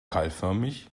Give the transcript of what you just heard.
keilförmig